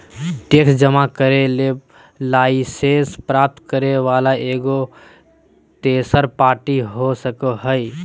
tax जमा करे ले लाइसेंस प्राप्त करे वला एगो तेसर पार्टी हो सको हइ